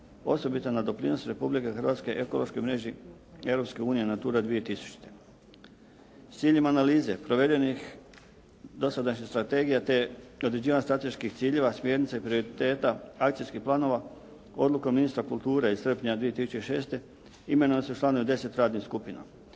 osobito na doprinosu Republike Hrvatske ekološkoj mreži Europske unije NATURA 2000. S ciljem analize provedenih dosadašnjih strategija, te određivanja strateških ciljeva, smjernica i prioriteta, akcijskih planova odlukom ministra kulture iz srpnja 2006. imenuju se članovi od 10 radnih skupina.